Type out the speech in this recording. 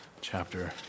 chapter